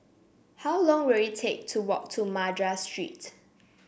how long will it take to walk to Madras Street